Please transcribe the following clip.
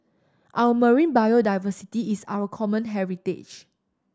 our marine biodiversity is our common heritage